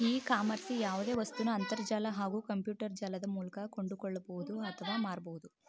E ಕಾಮರ್ಸ್ಲಿ ಯಾವ್ದೆ ವಸ್ತುನ ಅಂತರ್ಜಾಲ ಹಾಗೂ ಕಂಪ್ಯೂಟರ್ಜಾಲದ ಮೂಲ್ಕ ಕೊಂಡ್ಕೊಳ್ಬೋದು ಅತ್ವ ಮಾರ್ಬೋದು